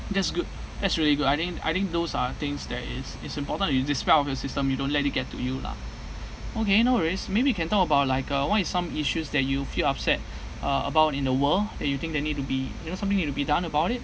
that's good that's really good I think I think those are things that is is important you dispel out of your system you don't let it get to you lah okay no worries maybe you can talk about like uh what is some issues that you feel upset uh about in the world that you think that need to be you know something need to be done about it